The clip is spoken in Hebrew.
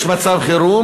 יש מצב חירום,